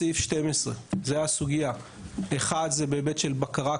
סעיף 12. סעיף אחד הוא בהיבט של בקרה,